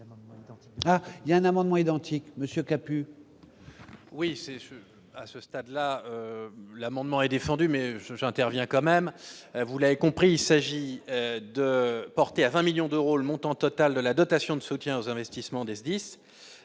il y a un amendement identique, monsieur Capu. Oui, c'est à ce stade-là, l'amendement et défendu mais je j'interviens quand même, vous l'avez compris, il s'agit de porter à 20 millions d'euros, le montant total de la dotation de soutien aux investissements des SDIS